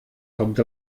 kommt